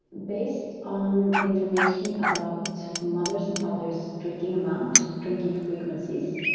based on information about mothers' and fathers' drinking amount, drinking frequencies,